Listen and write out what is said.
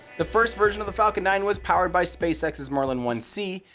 the first version of the falcon nine was powered by spacex's merlin one c,